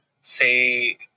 say